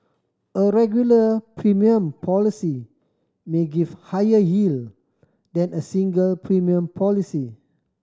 a regular premium policy may give higher yield than a single premium policy